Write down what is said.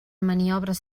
maniobres